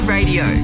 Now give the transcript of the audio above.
Radio